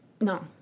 no